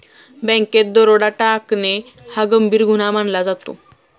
बँकेत दरोडा टाकणे हा गंभीर गुन्हा मानला जातो